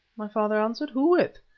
my father answered. who with?